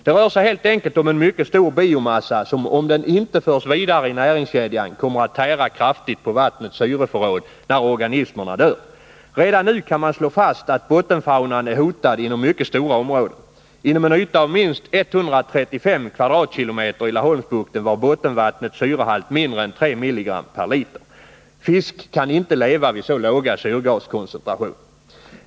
Det rör sig helt enkelt om en mycket stor biomassa som, om den inte förs vidare i näringskedjan, kommer att tära kraftigt på vattnets syreförråd när organismerna dör. Redan nu kan man slå fast att bottenfaunan är hotad inom mycket stora områden. Inom en yta av minst 135 kvadratkilometer i Laholmsbukten var bottenvattnets syrehalt mindre än 3 mg/l. Fisk kan inte leva vid så låga syrgaskoncentrationer.